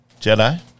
Jedi